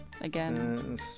Again